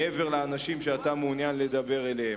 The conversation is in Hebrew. מעבר לאנשים שאתה מעוניין לדבר אליהם.